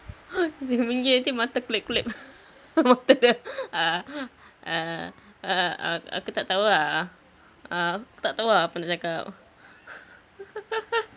dia menggigil nanti mata kelip-kelip mata dia err err err err ak~ aku tak tahu ah err aku tak tahu ah apa nak cakap